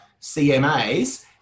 CMAs